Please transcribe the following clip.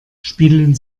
spielen